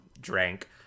drank